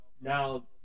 now